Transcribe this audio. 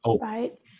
Right